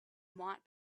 might